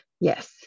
Yes